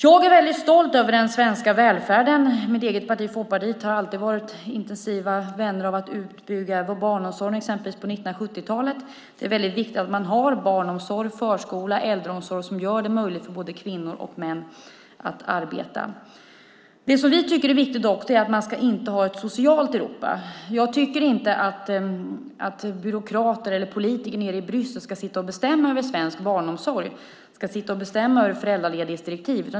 Jag är stolt över den svenska välfärden. Vi var i mitt eget parti Folkpartiet intensiva vänner av att bygga ut barnomsorgen på 1970-talet. Det är viktigt att man har barnomsorg, förskola och äldreomsorg som gör det möjligt för både kvinnor och män att arbeta. Vi tycker också att det är viktigt att man inte har ett socialt Europa. Jag tycker inte att byråkrater eller politiker nere i Bryssel ska sitta och bestämma över svensk barnomsorg och föräldraledighetsdirektiv.